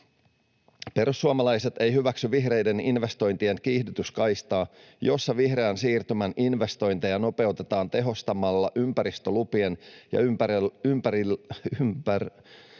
Perussuomalaiset eivät hyväksy vihreiden investointien kiihdytyskaistaa, jossa vihreän siirtymän investointeja nopeutetaan tehostamalla ympäristölupien ja ympäristöllisten